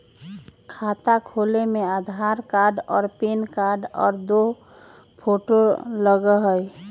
खाता खोले में आधार कार्ड और पेन कार्ड और दो फोटो लगहई?